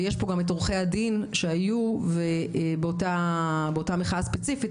יש פה גם את עורכי הדין שהיו באותה מחאה ספציפית,